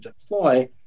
deploy